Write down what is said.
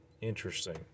Interesting